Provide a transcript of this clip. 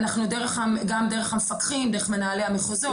גם דרך המפקחים, דרך מנהלי המחוזות.